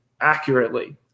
accurately